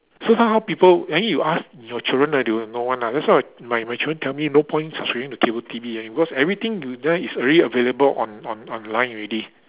so now how people Annie you ask your children ah they will know one ah that's why my my children tell me no point subscribing to cable T_V cause everything you want is available on on online already